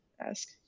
ask